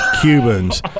Cubans